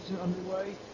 underway